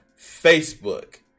Facebook